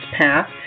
path